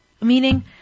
Meaning